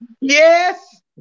Yes